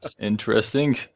Interesting